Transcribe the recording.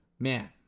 Man